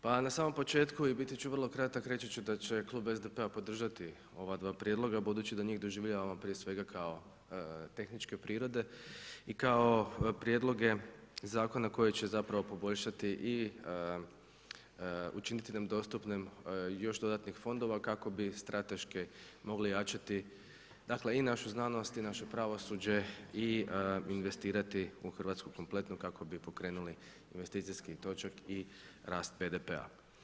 Pa na samom početku i biti ću vrlo kratak, reći ću da će Klub SDP-a podržati ova dva prijedloga budući da njih doživljavamo prije svega kao tehničke prirode i kao prijedloge zakona koji će zapravo poboljšati i učiniti nam dostupnim još dodatnih fondova kako bi strateški mogli jačati dakle i našu znanost i naše pravosuđe i investirati u RH kompletno kako bi pokrenuli investicijski točak i rast BDP-a.